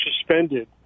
suspended